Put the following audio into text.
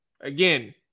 Again